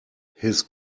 his